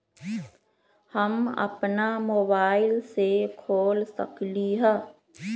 हम अपना मोबाइल से खोल सकली ह?